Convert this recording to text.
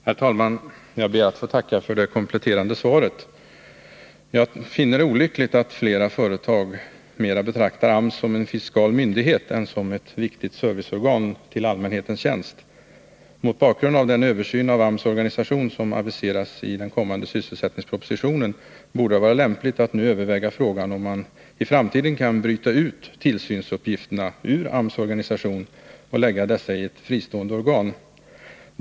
Herr talman! Jag ber att få tacka för det kompletterande svaret. Jag finner det olyckligt att flera företag betraktar AMS mera som en fiskal myndighet än som ett viktigt serviceorgan till allmänhetens tjänst. Mot bakgrund av den översyn av AMS organisation som aviserats i den kommande sysselsättningspropositionen borde det vara lämpligt att nu överväga frågan, om man i framtiden kan bryta ut tillsynsuppgifterna ur AMS organisation och lägga dessa hos ett fristående organ.